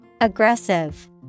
Aggressive